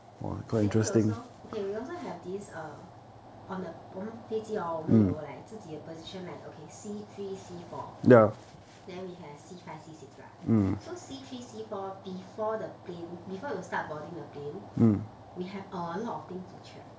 then we also okay we also have this err on the 我们飞机 hor 我们有 like 自己的 position like okay C three C four then we have C five C six lah so C three C four before the plane before we start boarding the plane have a lot of things to check